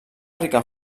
rica